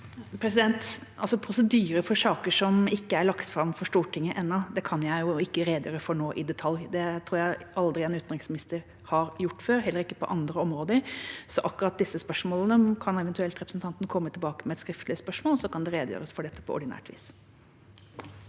Prosedyrer for saker som ikke er lagt fram for Stortinget ennå, kan jeg ikke redegjøre for i detalj nå. Det tror jeg aldri en utenriksminister har gjort før, heller ikke på andre områder. Akkurat disse spørsmålene kan eventuelt representanten Elvestuen komme tilbake til i et skriftlig spørsmål, og så kan det redegjøres for på ordinært vis.